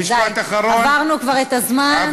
די, עברנו כבר את הזמן.